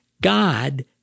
God